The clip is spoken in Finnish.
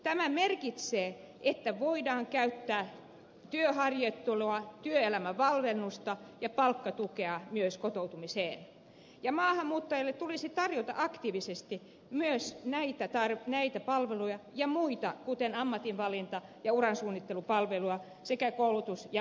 tämä merkitsee sitä että voidaan käyttää työharjoittelua työelämävalmennusta ja palkkatukea myös kotoutumiseen ja maahanmuuttajille tulisi tarjota aktiivisesti myös näitä ja muita palveluja kuten ammatinvalinta ja uransuunnittelupalveluja sekä koulutus ja ammattitietopalveluja